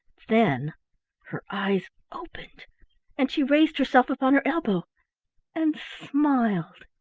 then her eyes opened and she raised herself upon her elbow and smiled.